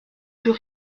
plus